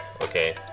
okay